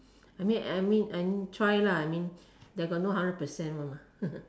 I mean I mean I mean try lah I mean they got no hundred percent one lor